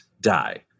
die